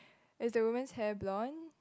is the woman's hair blonde